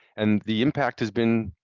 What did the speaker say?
and the impact has been